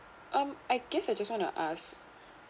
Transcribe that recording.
um I guess I just want to ask